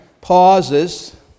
pauses